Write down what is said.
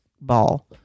ball